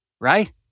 right